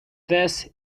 this